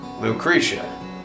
Lucretia